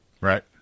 Right